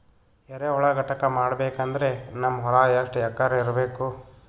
ಎರೆಹುಳ ಘಟಕ ಮಾಡಬೇಕಂದ್ರೆ ನಮ್ಮ ಹೊಲ ಎಷ್ಟು ಎಕರ್ ಇರಬೇಕು?